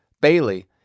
Bailey